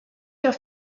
their